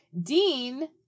Dean